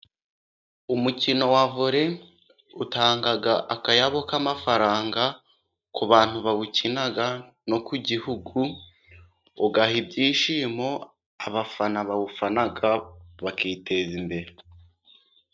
Umukino wa vole utanga akayabo k'amafaranga ku bantu bawukina no ku gihugu, ugaha ibyishimo abafana bawufana bakiteza imbere.